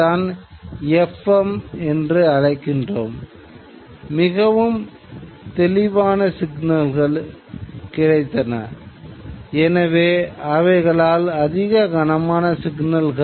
நவீன காலத்தில் நிச்சயமாக நீங்கள் செயற்கைக்கோள் ஒளிபரப்புடன் மிகவும் நெருக்கமாக இருந்தீர்கள்